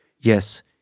yes